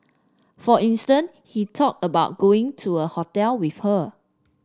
for he talked about going to a hotel with her